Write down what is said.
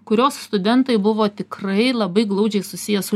kurios studentai buvo tikrai labai glaudžiai susiję su